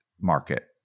market